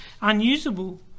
unusable